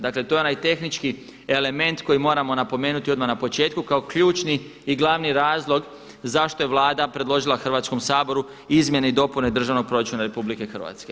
Dakle to je onaj tehnički element koji moramo napomenuti odmah na početku kao ključni i glavni razlog zašto je Vlada predložila Hrvatskom saboru izmjene i dopune državnog proračuna RH.